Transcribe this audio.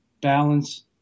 balance